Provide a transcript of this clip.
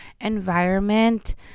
environment